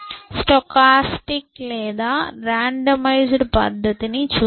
stochastic లేదా randomised పద్ధతిని చూద్దాం